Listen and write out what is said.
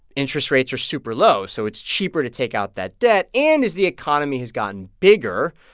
interest rates are super low, so it's cheaper to take out that debt. and as the economy has gotten bigger,